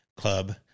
club